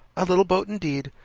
a little boat, indeed!